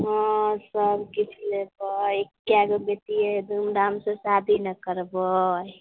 हँ सब किछु लेतै कए गो बेटिए हइ धूम धाम से शादी ने करबै